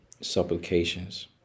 supplications